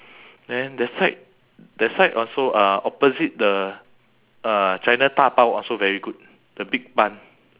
then that side that side also uh opposite the uh chinatown bao also very good the big bun